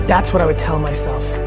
that's what i would tell myself.